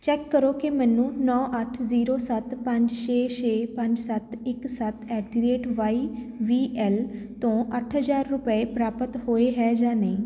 check ਕਰੋ ਕਿ ਮੈਨੂੰ ਨੌ ਅੱਠ ਜ਼ੀਰੋ ਸੱਤ ਪੰਜ ਛੇ ਛੇ ਪੰਜ ਸੱਤ ਇੱਕ ਸੱਤ at the rate Y B L ਤੋਂ ਅੱਠ ਹਜ਼ਾਰ ਰੁਪਏ ਪ੍ਰਾਪਤ ਹੋਏ ਹੈ ਜਾਂ ਨਹੀਂ